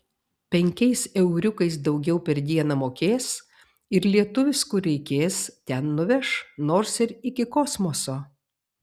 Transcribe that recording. penkiais euriukais daugiau per dieną mokės ir lietuvis kur reikės ten nuveš nors ir iki kosmoso